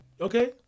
okay